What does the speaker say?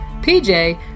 PJ